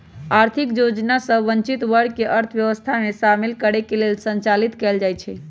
आर्थिक योजना सभ वंचित वर्ग के अर्थव्यवस्था में शामिल करे लेल संचालित कएल जाइ छइ